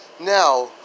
Now